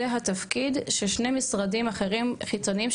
זה התפקיד של שני משרדים אחרים חיצוניים,